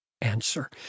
answer